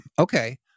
Okay